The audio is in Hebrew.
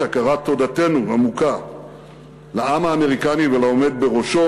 הכרת תודתנו העמוקה לעם האמריקני ולעומד בראשו,